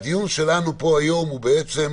הדיון שלנו היום הוא בעצם